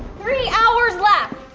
three hours left